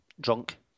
drunk